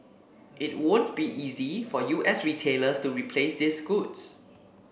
it won't be easy for U S retailers to replace these goods